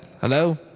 hello